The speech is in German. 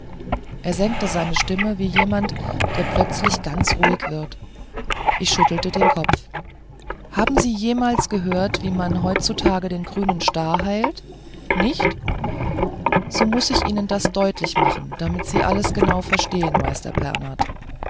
er senkte seine stimme wie jemand der plötzlich ganz ruhig wird ich schüttelte den kopf haben sie jemals gehört wie man heutzutage den grünen star heilt nicht so muß ich ihnen das deutlich machen damit sie alles genau verstehen meister